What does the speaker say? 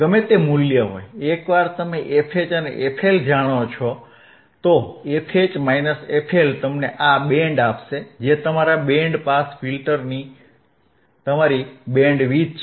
ગમે તે મૂલ્ય હોય એકવાર તમે fH અને fL જાણો છો fH fL તમને આ બેન્ડ આપશે જે તમારા બેન્ડ પાસ ફિલ્ટરની તમારી બેન્ડવિડ્થ છે